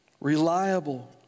reliable